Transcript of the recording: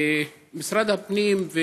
משרד הפנים,